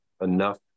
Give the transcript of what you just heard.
Enough